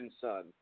Son